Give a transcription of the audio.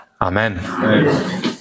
Amen